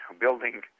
building